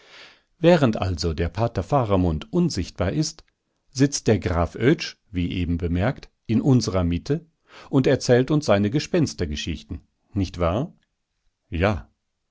während also der pater faramund unsichtbar ist sitzt der graf oetsch wie eben bemerkt in unserer mitte und erzählt uns seine gespenstergeschichten nicht wahr ja